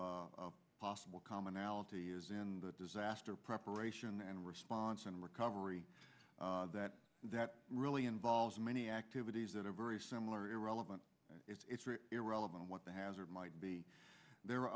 possible commonality is in the disaster preparation and response and recovery that that really involves many activities that are very similar irrelevant it's irrelevant what the hazard might be there are